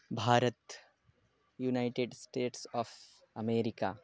भारतम् united states of America